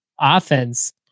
offense